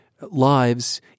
lives